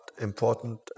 important